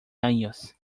años